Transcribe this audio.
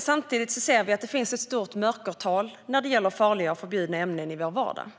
Samtidigt ser vi att det finns ett stort mörkertal när det gäller farliga och förbjudna ämnen i vår vardag.